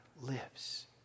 lives